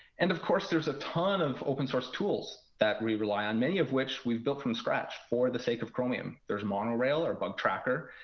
and of course, there's a ton of open-source tools that we rely on, many of which we've built from scratch for the sake of chromium. there's monorail, our bug-tracker.